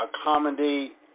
accommodate